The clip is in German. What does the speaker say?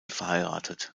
verheiratet